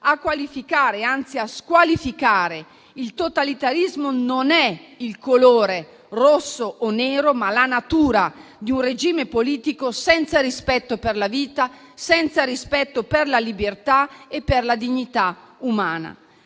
A qualificare, anzi a squalificare, il totalitarismo non è il colore rosso o nero, ma la natura di un regime politico senza rispetto per la vita, senza rispetto per la libertà e per la dignità umana.